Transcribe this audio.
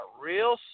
real